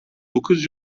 dokuz